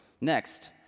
Next